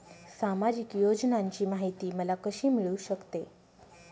सामाजिक योजनांची माहिती मला कशी मिळू शकते?